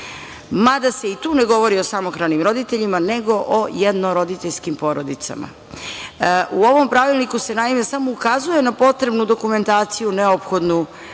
Mada se i tu ne govori o samohranim roditeljima, nego o jednoroditeljskim porodicama. Naime, u ovom Pravilniku se samo ukazuje na potrebnu dokumentaciju neophodnu u procesu